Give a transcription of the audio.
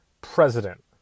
president